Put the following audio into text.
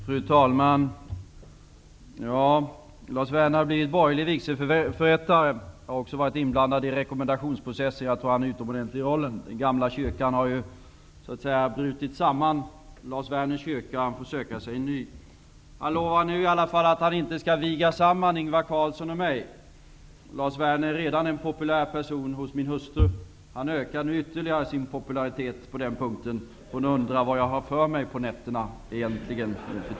Fru talman! Lars Werner har blivit borgerlig vigselförrättare. Också jag har varit inblandad i rekommendationsprocessen. Jag tror att han är utomordentlig i den rollen. Lars Werners gamla kyrka har ju så att säga brutit samman, så han blir tvungen att söka sig en ny. Han lovade nu i alla fall att han inte skall viga samman Ingvar Carlsson och mig. Lars Werner är redan en populär person hos min hustru. Han ökar nu ytterligare sin poularitet på den punkten. Hon undrar vad jag egentligen har för mig på nätterna nu för tiden.